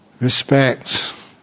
respect